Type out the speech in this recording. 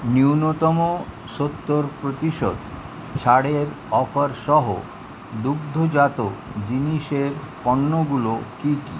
ন্যূনতম সত্তর প্রতিশত ছাড়ের অফারসহ দুগ্ধজাত জিনিসের পণ্যগুলো কী কী